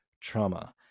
trauma